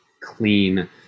clean